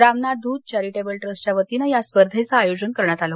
Ramnath Dhoot charitable ट्रस्टच्या वतीने या स्पर्धेचं आयोजन करण्यात आल